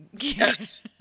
Yes